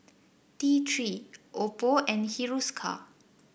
T Three Oppo and Hiruscar